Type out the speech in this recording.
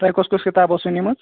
تۄہہِ کۄس کۄس کِتاب ٲسوٕ نِمٕژ